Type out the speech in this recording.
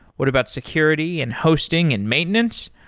what about security and hosting and maintenance?